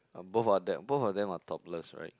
um both of them both of them are topless right